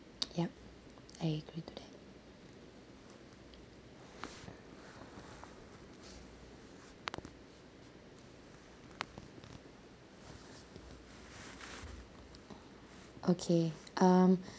ya I agree to that okay um